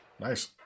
nice